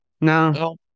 No